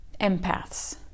empaths